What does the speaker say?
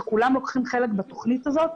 שכולם לוקחים חלק בתוכנית הזאת.